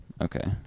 Okay